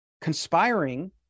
Conspiring